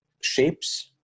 shapes